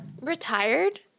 retired